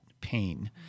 pain